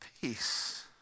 Peace